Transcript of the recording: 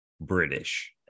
British